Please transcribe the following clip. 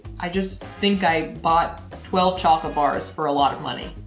i just think i bought twelve chocolate bars, for a lot of money.